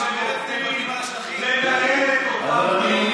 לנהל את אותם דיונים